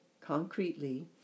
concretely